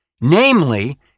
namely